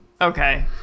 okay